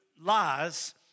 lies